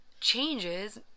changes